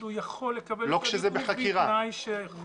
הוא יכול לקבל את התיעוד ובתנאי ש -- לא כשזה בחקירה.